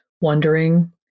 wondering